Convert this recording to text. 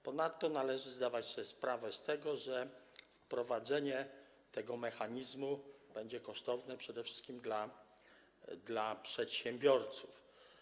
Ponadto należy sobie zdawać sprawę z tego, że wprowadzenie tego mechanizmu będzie kosztowne przede wszystkim dla przedsiębiorców.